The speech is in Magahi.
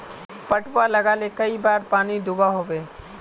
पटवा लगाले कई बार पानी दुबा होबे?